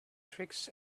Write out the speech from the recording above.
tricks